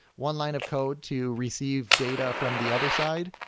one line of code to receive data from the other side.